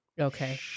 okay